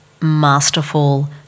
masterful